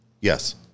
Yes